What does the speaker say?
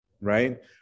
right